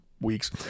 weeks